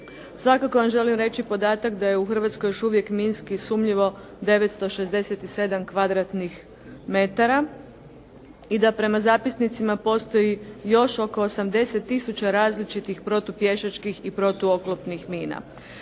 Svakako vam želim reći podatak da je u Hrvatskoj još uvijek minski sumnjivo 967 kvadratnih metara i da prema zapisnicima postoji još oko 80 tisuća različitih protupješačkih i protuoklopnih mina.